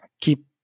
keep